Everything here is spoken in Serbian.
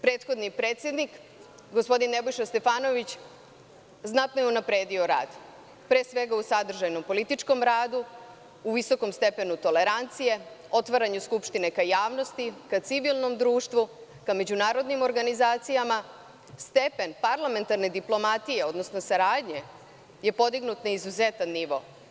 Prethodni predsednik, gospodin Nebojša Stefanović, znatno je unapredio rad, pre svega u sadržajnom političkom radu, u visokom stepenu tolerancije, otvaranju Skupštine ka javnosti, ka civilnom društvu, ka međunarodnim organizacijama, stepen parlamentarne diplomatije, odnosno saradnje, je podignut na izuzetan nivo.